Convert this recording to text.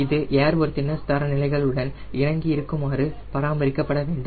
இது ஏர்வொர்த்தினஸ் தரநிலைகலுடன் இணங்கியிருக்குமாறு பராமரிக்கப்பட வேண்டும்